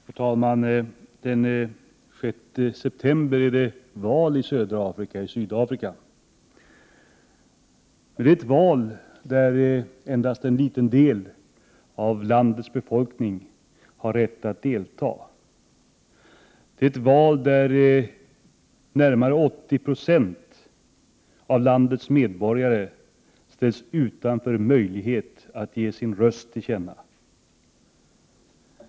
Herr talman! Den 6 september är det val i Sydafrika. Det är ett val där endast en liten del av landets befolkning har rätt att delta, ett val där närmare 80 90 av landets medborgare ställs utanför möjligheten att ge sin röst till känna.